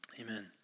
Amen